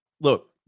Look